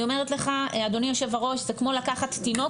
אני אומרת לך אדוני יושב הראש זה כמו לקחת תינוק